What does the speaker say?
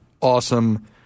awesome